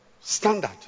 standard